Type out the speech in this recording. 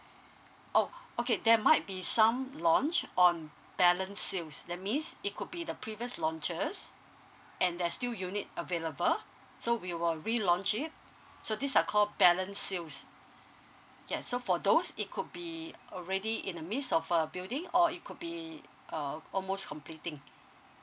oh okay there might be some launch on balance sales that's mean it could be the previous launches and there are still unit available so we were re launch it so these are call balance sales yes so for those it could be already in a miss of a building or it could be uh almost completing